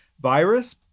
virus